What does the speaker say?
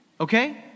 okay